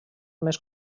més